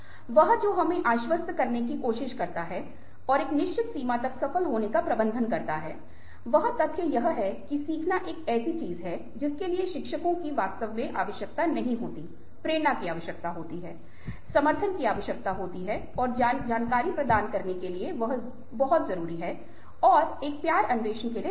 वह जो हमें आश्वस्त करने की कोशिश करता है और एक निश्चित सीमा तक सफल होने का प्रबंधन करता है वह तथ्य यह है कि सीखना एक ऐसी चीज है जिसके लिए शिक्षकों की वास्तव में आवश्यकता नहीं होती है प्रेरणा की आवश्यकता होती है समर्थन की आवश्यकता होती है और जानकारी प्रदान करने के लिए बहुत जरूरी है और एक प्यार अन्वेषण के लिए जरूरी है